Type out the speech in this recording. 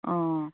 অঁ